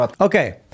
Okay